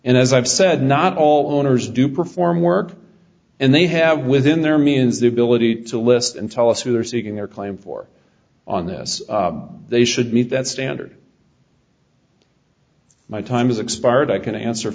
and as i've said not all owners do perform work and they have within their means the ability to list and tell us who are seeking their claim for on this they should meet that standard my time is expired i can answer